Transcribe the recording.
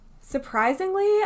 Surprisingly